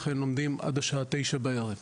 אכן לומדים עד השעה תשע בערב,